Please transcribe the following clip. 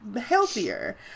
healthier